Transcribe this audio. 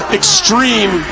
extreme